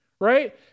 right